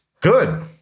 Good